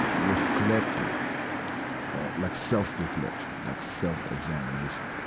reflected on, like self-reflection, like self-examination,